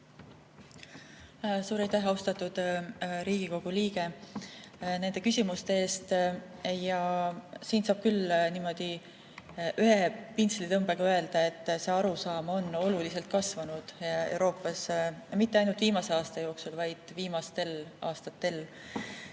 Suur aitäh, austatud Riigikogu liige, nende küsimuste eest! Siin saab küll niimoodi ühe pintslitõmbega öelda, et see arusaam on Euroopas oluliselt kasvanud – mitte ainult viimase aasta jooksul, vaid viimastel aastatel.